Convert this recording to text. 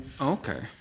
Okay